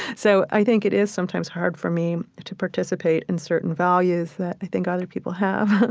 so i think it is sometimes hard for me to participate in certain values that i think other people have.